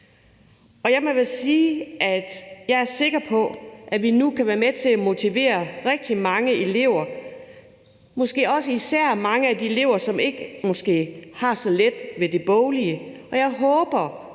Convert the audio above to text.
jeg er sikker på, at vi nu kan være med til at motivere rigtig mange elever, måske også især mange af de elever, som måske ikke har så let ved det boglige,